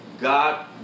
God